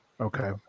Okay